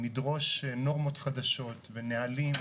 נדרוש נורמות חדשות ונהלים.